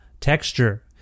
texture